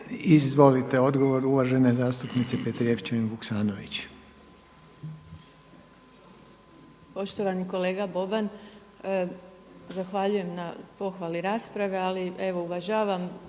Hvala. Odgovor uvažene zastupnice Petrijevčanin Vuksanović.